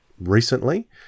recently